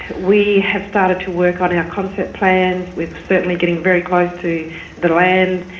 we have started to work on our concept plans. we are certainly getting very close to the the land.